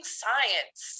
science